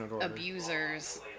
abusers